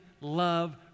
love